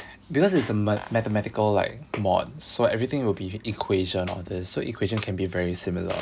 because it's a mathematical like mod so everything will be a equation all these so equation can be very similar